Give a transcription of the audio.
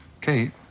Kate